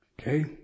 Okay